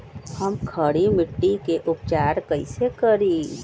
हम खड़ी मिट्टी के उपचार कईसे करी?